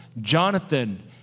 Jonathan